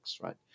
right